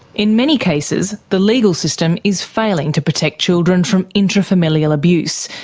in many cases the legal system is failing to protect children from intrafamilial abuse,